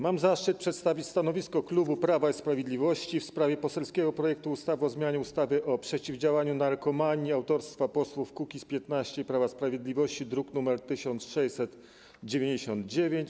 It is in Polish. Mam zaszczyt przedstawić stanowisko klubu Prawa i Sprawiedliwości w sprawie poselskiego projektu ustawy o zmianie ustawy o przeciwdziałaniu narkomanii autorstwa posłów Kukiz’15 i Prawa i Sprawiedliwości, druk nr 1699.